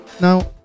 Now